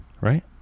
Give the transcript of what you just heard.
right